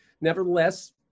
Nevertheless